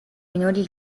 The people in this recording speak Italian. minori